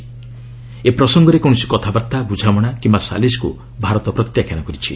ଏ ପ୍ରସଙ୍ଗରେ କୌଣସି କଥାବାର୍ତ୍ତା ବୁଝାମଣା କିମ୍ବା ସାଲିସ୍କୁ ଭାରତ ପ୍ରତ୍ୟାଖ୍ୟାନ କରିଛି